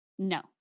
no